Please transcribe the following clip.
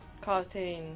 cartoon